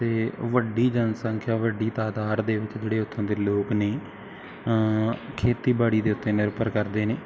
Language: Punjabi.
ਅਤੇ ਵੱਡੀ ਜਨਸੰਖਿਆ ਵੱਡੀ ਤਾਦਾਦ ਦੇ ਵਿੱਚ ਜਿਹੜੇ ਉੱਥੋਂ ਦੇ ਲੋਕ ਨੇ ਖੇਤੀਬਾੜੀ ਦੇ ਉੱਤੇ ਨਿਰਭਰ ਕਰਦੇ ਨੇ